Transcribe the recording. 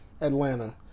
Atlanta